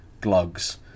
glugs